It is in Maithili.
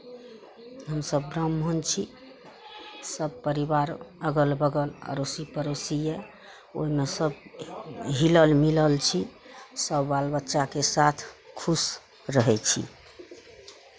हमसभ ब्राह्मण छी सभ परिवार अगल बगल अड़ोसी पड़ोसी यए ओहिमे सभ हिलल मिलल छी सभ बाल बच्चाके साथ खुश रहै छी